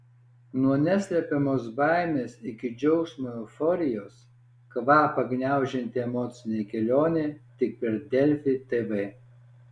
nuo neslepiamos baimės iki džiaugsmo euforijos kvapą gniaužianti emocinė kelionė tik per delfi tv